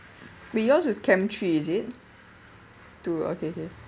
but yours is camp three is it two okay okay